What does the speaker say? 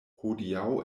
hodiaŭ